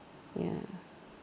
ya